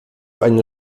einen